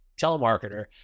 telemarketer